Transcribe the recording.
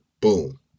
boom